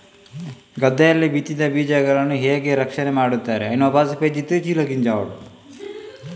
ಗದ್ದೆಯಲ್ಲಿ ಬಿತ್ತಿದ ಬೀಜಗಳನ್ನು ಹೇಗೆ ರಕ್ಷಣೆ ಮಾಡುತ್ತಾರೆ?